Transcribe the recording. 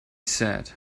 said